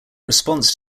response